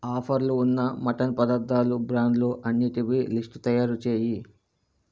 ఆఫర్లు ఉన్న మటన్ పదార్థాలు బ్రాండ్లు అన్నిటివి లిస్టు తయారు చేయి